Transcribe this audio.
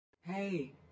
Hey